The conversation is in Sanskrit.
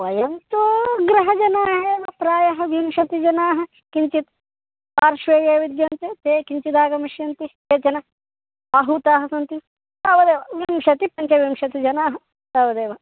वयं तु गृहजनाः एव प्रायः विंशतिजनाः किञ्चित् पार्श्वे ये विद्यन्ते ते किञ्चिदागमिष्यन्ति केचन आहूताः सन्ति तावदेव विंशतिः पञ्चविंशतिजनाः तावदेव